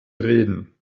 reden